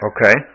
Okay